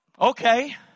Okay